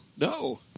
No